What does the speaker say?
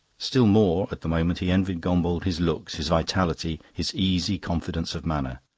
still more, at the moment, he envied gombauld his looks, his vitality, his easy confidence of manner.